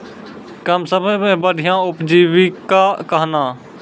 कम समय मे बढ़िया उपजीविका कहना?